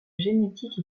génétique